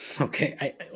okay